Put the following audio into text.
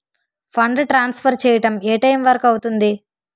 Fund transfer చేయడం ఏ time వరుకు అవుతుంది?